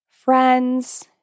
friends